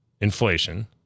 inflation